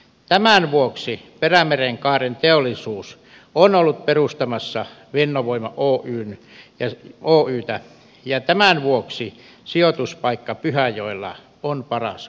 tämän vuoksi perämerenkaaren teollisuus on ollut perustamassa fennovoima oytä ja tämän vuoksi sijoituspaikka pyhäjoella on paras mahdollinen